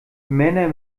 männer